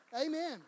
Amen